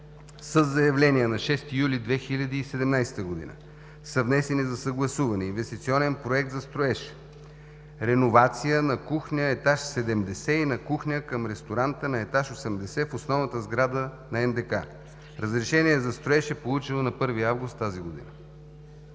със заявление на 6 юли 2017 г. са внесени за съгласуване: инвестиционен проект за строеж, реновация на кухня, етаж 70 и на кухня към ресторанта на етаж 80 в основната сграда на НДК. Разрешение за строеж е получено на 1 август тази година.